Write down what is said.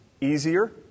easier